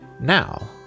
now